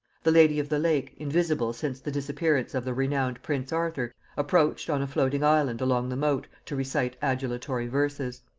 the lady of the lake, invisible since the disappearance of the renowned prince arthur, approached on a floating island along the moat to recite adulatory verses.